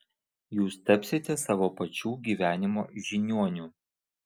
jūs tapsite savo pačių gyvenimo žiniuoniu